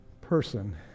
person